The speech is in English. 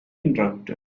interrupted